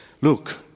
look